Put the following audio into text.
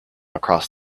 across